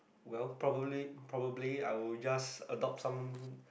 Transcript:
well probably probably I will just adopt some